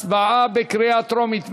הצבעה בקריאה טרומית.